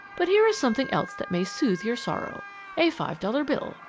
but here is something else that may soothe your sorrow a five-dollar bill,